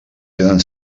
tenen